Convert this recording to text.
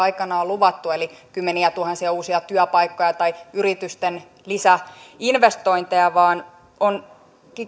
aikaan on luvattu eli kymmeniätuhansia uusia työpaikkoja tai yritysten lisäinvestointeja vaan onkin